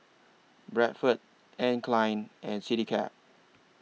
Bradford Anne Klein and Citycab